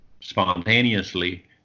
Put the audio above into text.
spontaneously